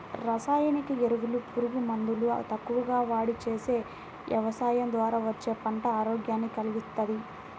రసాయనిక ఎరువులు, పురుగు మందులు తక్కువగా వాడి చేసే యవసాయం ద్వారా వచ్చే పంట ఆరోగ్యాన్ని కల్గిస్తది